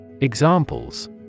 Examples